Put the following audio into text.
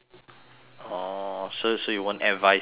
orh so so you won't advise yourself lah